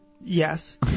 Yes